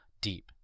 deep